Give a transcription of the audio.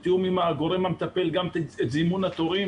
בתיאום עם הגורם המטפל גם את זימון התורים,